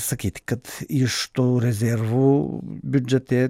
sakyti kad iš to rezervų biudžete